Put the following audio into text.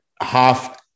half-